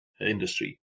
industry